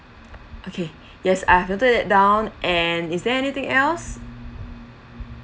okay yes I've noted that down and is there anything else